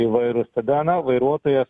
įvairūs tada na vairuotojas